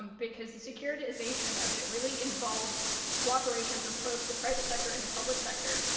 um because the securitization of it really involves cooperation from both the private sector and the public sector.